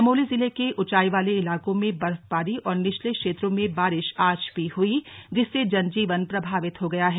चमोली जिले के ऊंचाई वाले इलाकों में बर्फबारी और निचले क्षेत्रों में बारिश आज भी हुई जिससे जनजीवन प्रभावित हो गया है